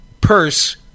purse